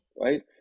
right